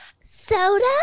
soda